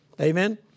Amen